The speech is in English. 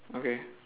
okay